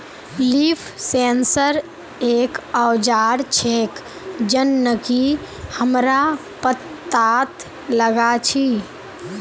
leaf sensor एक औजार छेक जननकी हमरा पत्ततात लगा छी